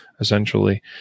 essentially